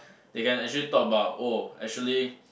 they can actually talk about oh actually